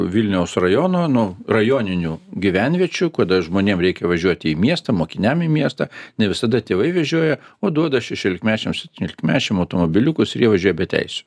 vilniaus rajono nu rajoninių gyvenviečių kada žmonėm reikia važiuoti į miestą mokiniam į miestą ne visada tėvai vežioja o duoda šešiolikmečiam septyniolikmečiam automobiliukus ir jie važiuoja be teisių